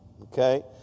okay